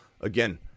again